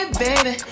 baby